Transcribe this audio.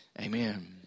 Amen